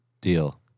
Deal